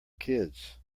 kids